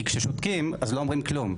כי כששותקים אז לא אומרים כלום.